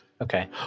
okay